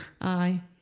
Aye